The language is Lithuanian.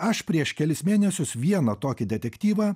aš prieš kelis mėnesius vieną tokį detektyvą